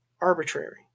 arbitrary